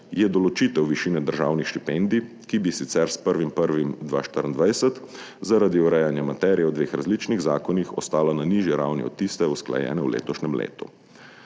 je določitev višine državnih štipendij, ki bi sicer s 1. 1. 2024 zaradi urejanja materije v dveh različnih zakonih ostala na nižji ravni od tiste usklajene v letošnjem letu.